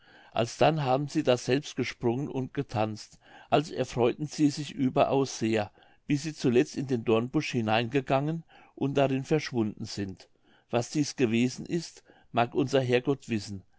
alsdann haben sie daselbst gesprungen und getanzt als erfreuten sie sich überaus sehr bis sie zuletzt in den dornbusch hineingegangen und darin verschwunden sind was dies gewesen ist mag unser herr gott wissen